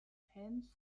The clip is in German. fans